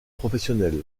professionnel